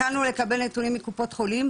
התחלנו לקבל נתונים מקופות חולים,